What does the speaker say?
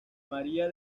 maría